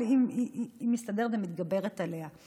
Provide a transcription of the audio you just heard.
אבל היא מסתדרת ומתגברת עליה.